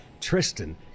Tristan